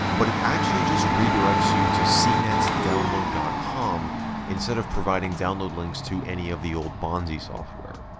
but it actually just redirects you to cnet's download dot com instead of providing download links to any of the old bonzi software.